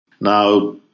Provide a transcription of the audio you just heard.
Now